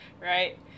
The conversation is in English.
right